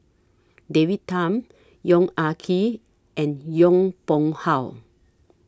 David Tham Yong Ah Kee and Yong Pung How